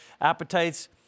appetites